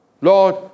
Lord